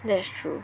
that's true